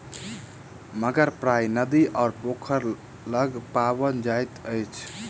मगर प्रायः नदी आ पोखैर लग पाओल जाइत अछि